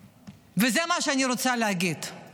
זה מה שאני רוצה להגיד,